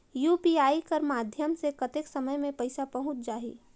UPI कर माध्यम से कतेक समय मे पइसा पहुंच जाहि?